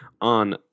on